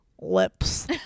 lips